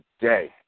day